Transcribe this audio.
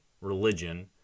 religion